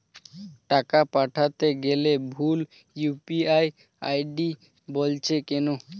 টাকা পাঠাতে গেলে ভুল ইউ.পি.আই আই.ডি বলছে কেনো?